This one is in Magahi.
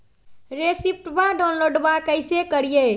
रेसिप्टबा डाउनलोडबा कैसे करिए?